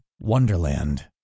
Wonderland